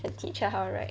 then teach her how to ride